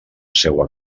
seua